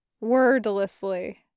wordlessly